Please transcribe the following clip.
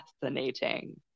fascinating